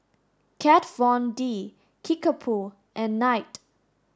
Kat Von D Kickapoo and Knight